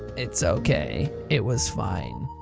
it's ok. it was fine.